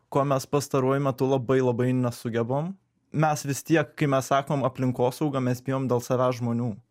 ko mes pastaruoju metu labai labai nesugebam mes vis tiek kai mes sakom aplinkosauga mes bijom dėl savęs žmonių